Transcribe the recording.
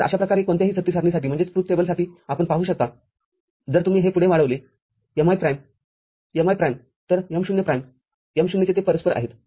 तरअशा कोणत्याही सत्य सारणीसाठी आपण पाहू शकता जर तुम्ही हे पुढे वाढविले mi प्राईम mi प्राईमतर m0 प्राईम M०ते परस्पर आहेत